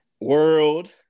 World